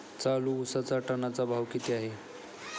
चालू उसाचा टनाचा भाव किती आहे?